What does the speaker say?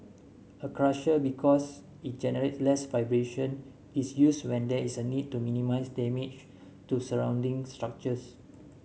a crusher because it generates less vibration is used when there is a need to minimise damage to surrounding structures